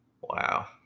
Wow